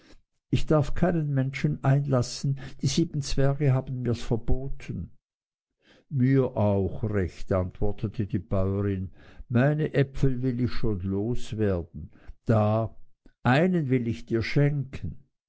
ich darf keinen menschen einlassen die sieben zwerge haben mirs verboten mir auch recht antwortete die bäuerin meine äpfel will ich schon los werden da einen will ich dir schenken